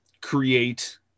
create